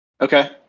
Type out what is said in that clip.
Okay